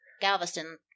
Galveston